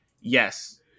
yes